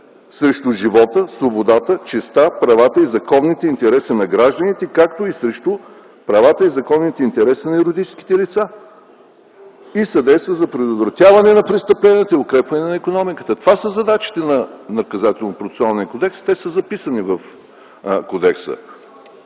срещу живота, свободата, честта, правата и законните интереси на гражданите, както и срещу правата и законните интереси на юридическите лица и съдейства за предотвратяване на престъпленията и укрепване на икономиката”. Това са задачите на Наказателнопроцесуалния кодекс, те са записани в него.